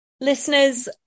listeners